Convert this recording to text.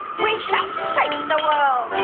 we shall shape the world!